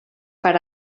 per